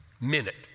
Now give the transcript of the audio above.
minute